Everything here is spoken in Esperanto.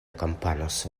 akompanos